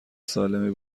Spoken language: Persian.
سالمی